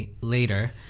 later